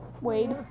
wade